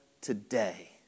today